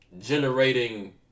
generating